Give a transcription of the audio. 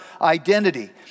identity